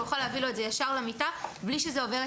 הוא יכול להביא לו את זה ישר למיטה בלי שזה עובר את